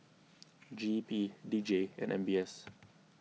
G E P D J and M B S